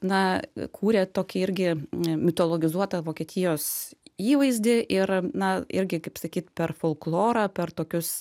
na kūrė tokį irgi mitologizuotą vokietijos įvaizdį ir na irgi kaip sakyt per folklorą per tokius